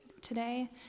today